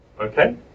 Okay